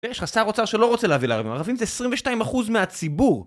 ויש לך שר אוצר שלא רוצה להביא לערבים, הערבים זה 22% מהציבור!